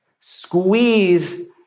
Squeeze